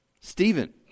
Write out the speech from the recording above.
Stephen